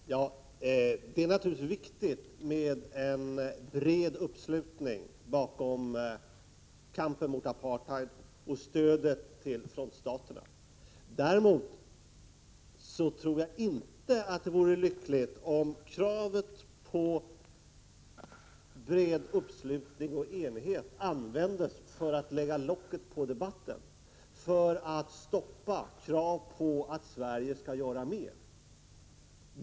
Herr talman! Det är naturligtvis viktigt med en bred uppslutning bakom kampen mot apartheid och stödet till frontstaterna. Däremot tror jag inte att det vore lyckligt om kravet på bred uppslutning och enighet användes för att lägga locket på debatten, för att stoppa krav på att Sverige skall göra mer.